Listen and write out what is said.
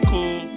Cool